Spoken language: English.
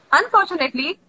unfortunately